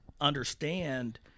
understand